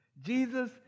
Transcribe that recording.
Jesus